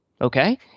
okay